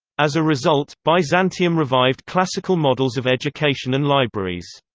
as a result, byzantium revived classical models of education and libraries.